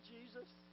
Jesus